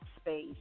Space